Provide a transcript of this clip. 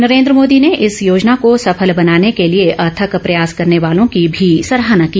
नरेन्द्र मोदी ने इस योजना को सफल बनाने के लिए अथक प्रयास करने वालों की भी सराहना की